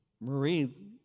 Marie